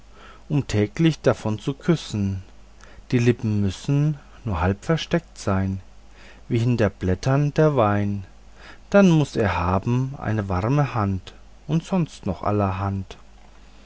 um täglich davon zu küssen die lippen müssen nur halb versteckt sein wie hinter blättern der wein dann muß er haben eine warme hand und sonst noch allerhand